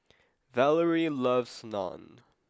Valarie loves Naan